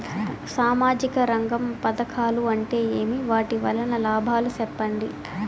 సామాజిక రంగం పథకాలు అంటే ఏమి? వాటి వలన లాభాలు సెప్పండి?